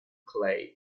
clay